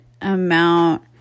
amount